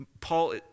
Paul